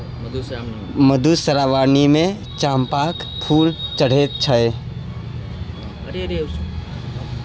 मधुश्रावणीमे चंपाक फूल चढ़ैत छै